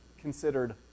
considered